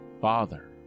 Father